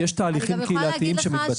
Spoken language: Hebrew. יש תהליכים קהילתיים שמתבצעים --- אני יכולה להגיד